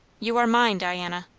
you are mine, diana.